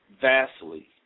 vastly